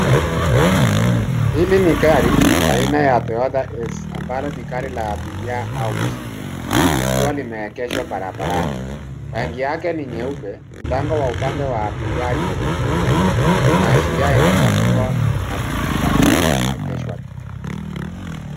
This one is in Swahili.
Hili ni gari aina ya Toyota Hiace ambalo ni gari la abiria au mzigo likiwa limeegeshwa barabarani. Rangi yake ni nyeupe. Mlango wa upande wa abiria imefunguliwa. Inaashiria linaweza kuwa linatumika au limeegeshwa tu.